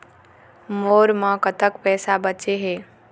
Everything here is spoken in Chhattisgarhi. मोर म कतक पैसा बचे हे?